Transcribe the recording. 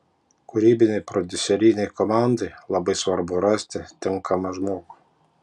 kūrybinei prodiuserinei komandai labai svarbu rasti tinkamą žmogų